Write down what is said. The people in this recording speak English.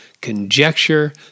conjecture